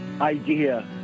idea